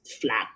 flat